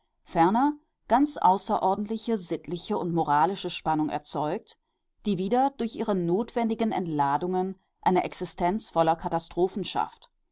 ferner ganz außerordentliche sittliche und moralische spannung erzeugt die wieder durch ihre notwendigen entladungen eine existenz voller katastrophen